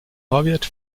wert